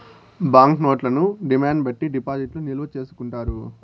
bank నోట్లను demand బట్టి డిపాజిట్లు నిల్వ చేసుకుంటారు